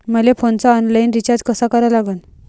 मले फोनचा online recharge कसा करा लागन?